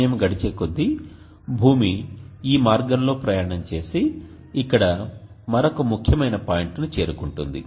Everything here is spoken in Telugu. సమయం గడిచేకొద్దీ భూమి ఈ మార్గంలో ప్రయాణం చేసి ఇక్కడ మరొక ముఖ్యమైన పాయింట్ను చేరుకుంటుంది